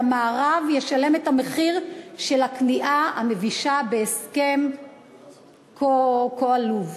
והמערב ישלם את המחיר של הכניעה המבישה בהסכם כה עלוב.